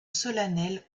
solennelle